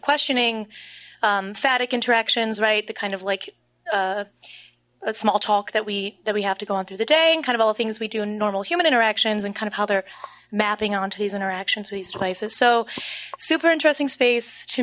questioning phatak interactions right the kind of like a small talk that we that we have to go on through the day and kind of all the things we do in normal human interactions and kind of how they're mapping onto these interactions with these devices so super interesting space to